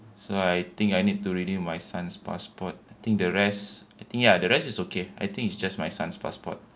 so I think I need to renew my son's passport I think the rest I think ya the rest is okay I think it's just my son's passport